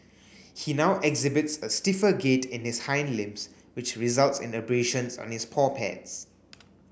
he now exhibits a stiffer gait in his hind limbs which results in abrasions on his paw pads